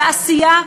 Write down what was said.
בתעשייה,